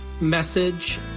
message